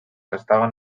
estaven